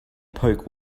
poke